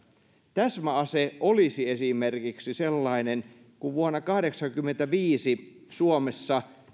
täsmäase olisi esimerkiksi sellainen kun vuonna kahdeksankymmentäviisi suomessa